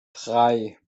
drei